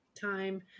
time